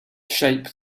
shape